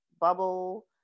bubble